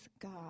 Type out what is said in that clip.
God